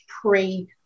pre